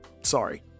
sorry